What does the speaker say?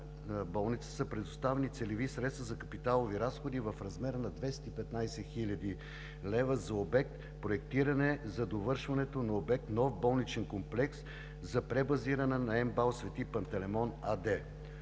са предоставени целеви средства за капиталови разходи в размер на 215 хил. лв. за обект „Проектиране за довършването на обект „Нов болничен комплекс за пребазиране на МБАЛ „Св. Пантелеймон“ АД“.